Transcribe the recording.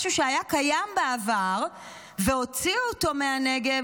משהו שהיה קיים בעבר והוציאו אותו מהנגב,